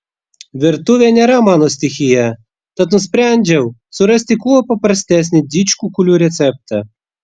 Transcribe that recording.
virtuvė nėra mano stichija tad nusprendžiau surasti kuo paprastesnį didžkukulių receptą